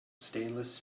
stainless